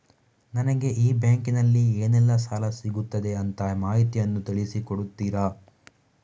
ನನಗೆ ಈ ಬ್ಯಾಂಕಿನಲ್ಲಿ ಏನೆಲ್ಲಾ ಸಾಲ ಸಿಗುತ್ತದೆ ಅಂತ ಮಾಹಿತಿಯನ್ನು ತಿಳಿಸಿ ಕೊಡುತ್ತೀರಾ?